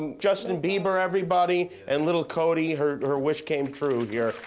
justin bieber everybody, and little cody, her her wish came true here.